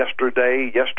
yesterday